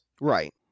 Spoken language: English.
Right